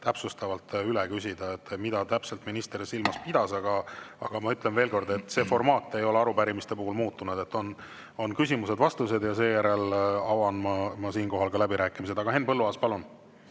täpsustavalt üle küsida, et mida täpselt minister silmas pidas. Aga ma ütlen veel kord, et see formaat ei ole arupärimiste puhul muutunud, et on küsimused-vastused ja seejärel avan ma siinkohal läbirääkimised. Aga Henn Põlluaas, palun!